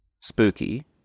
spooky